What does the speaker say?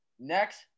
Next